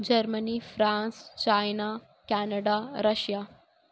Germany France China Canada Russia